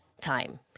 time